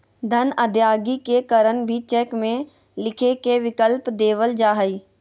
धन अदायगी के कारण भी चेक में लिखे के विकल्प देवल जा हइ